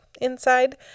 inside